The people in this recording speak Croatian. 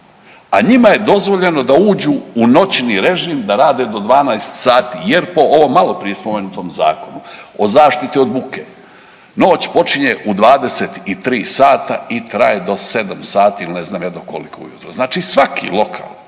a njima je dozvoljeno da uđu u noćni režim da rade do 12 sati jer po ovom maloprije spomenutom Zakonu o zaštiti od buke noć počinje u 23 sata i traje do 7 sati ili ne znam je do koliko ujutro, znači svaki lokal